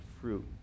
fruit